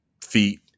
feet